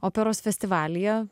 operos festivalyje